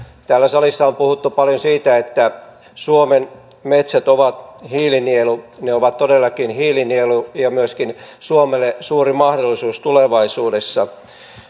täällä salissa on puhuttu paljon siitä että suomen metsät ovat hiilinielu ne ovat todellakin hiilinielu ja myöskin suomelle suuri mahdollisuus tulevaisuudessa